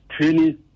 training